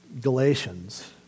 Galatians